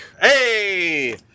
Hey